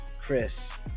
Chris